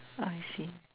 I see